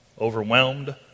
Overwhelmed